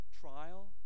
trial